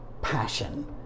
passion